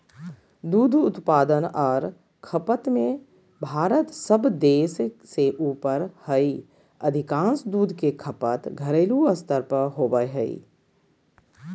दूध उत्पादन आर खपत में भारत सब देश से ऊपर हई अधिकांश दूध के खपत घरेलू स्तर पर होवई हई